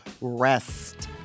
Rest